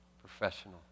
professional